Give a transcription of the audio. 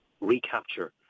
recapture